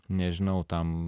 nežinau tam